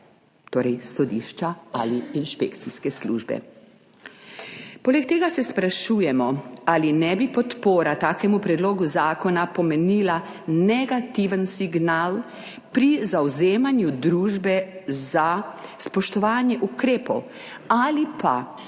torej sodišča ali inšpekcijske službe. Poleg tega se sprašujemo, ali ne bi podpora takemu predlogu zakona pomenila negativnega signala pri zavzemanju družbe za spoštovanje ukrepov, ali